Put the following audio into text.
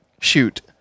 shoot